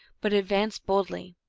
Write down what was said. but advance bold ly!